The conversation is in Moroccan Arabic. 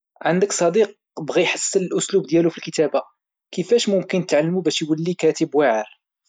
عندك صديق بغا يحسن الأسلوب ديالو فالكتابة، كيفاش ممكن تعاونوا باش يولي كاتب واعر؟